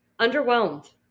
underwhelmed